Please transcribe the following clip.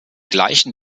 gleichen